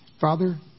Father